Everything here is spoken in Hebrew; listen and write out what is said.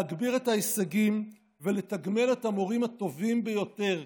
להגביר את ההישגים ולתגמל את המורים הטובים ביותר.